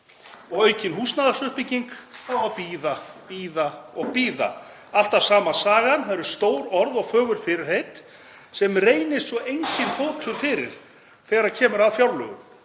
og aukin húsnæðisuppbygging á að bíða og bíða — alltaf sama sagan. Það eru stór orð og fögur fyrirheit sem reynist svo enginn fótur fyrir þegar kemur að fjárlögum.